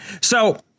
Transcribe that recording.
So-